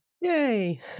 Yay